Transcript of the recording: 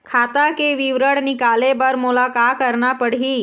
खाता के विवरण निकाले बर मोला का करना पड़ही?